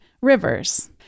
Rivers